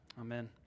amen